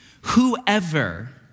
Whoever